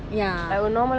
ya